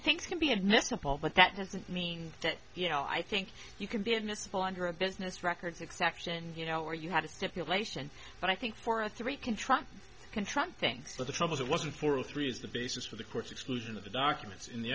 things can be admissible but that doesn't mean that you know i think you can be admissible under a business records exception you know where you have a stipulation but i think for a three contract contract things for the troubles it wasn't for all three is the basis for the court's exclusion of the documents in the